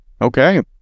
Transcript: Okay